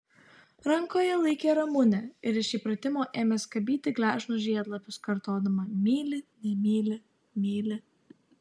rankoje laikė ramunę ir iš įpratimo ėmė skabyti gležnus žiedlapius kartodama myli nemyli myli